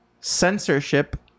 censorship